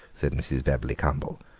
said mrs. bebberly cumble,